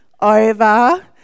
over